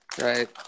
Right